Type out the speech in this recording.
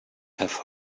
have